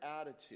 attitude